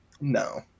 No